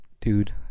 Dude